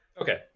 Okay